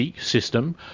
system